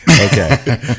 Okay